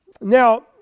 Now